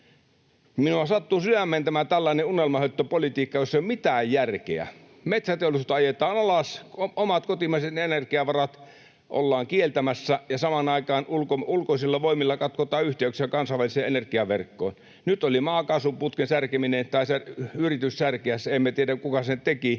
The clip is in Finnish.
Minua sattuu sydämeen tämä tällainen unelmahöttöpolitiikka, jossa ei ole mitään järkeä. Metsäteollisuutta ajetaan alas, omat, kotimaiset energiavarat ollaan kieltämässä ja samaan aikaan ulkoisilla voimilla katkotaan yhteyksiä kansainväliseen energiaverkkoon. Nyt oli maakaasuputken särkeminen tai se yritys särkeä se. Emme tiedä, kuka sen teki.